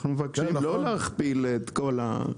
אנחנו מבקשים לא להכפיל את כל הקנסות.